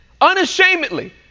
unashamedly